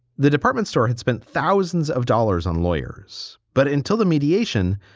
the department store had spent thousands of dollars on lawyers, but until the mediation,